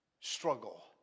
struggle